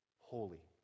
holy